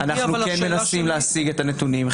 אנחנו מנסים להשיג את הנתונים.